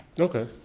Okay